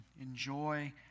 enjoy